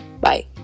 Bye